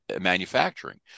manufacturing